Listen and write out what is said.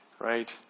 right